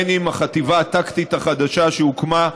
בין אם החטיבה הטקטית החדשה שהוקמה,